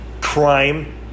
crime